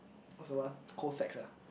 what's the one co sex ah